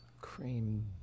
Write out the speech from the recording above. Cream